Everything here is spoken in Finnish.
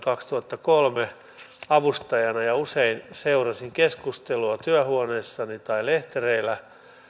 kaksituhattakolme avustajana ja usein seurasin keskustelua työhuoneessani tai lehtereillä